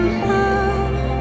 love